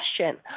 question